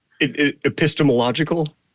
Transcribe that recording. Epistemological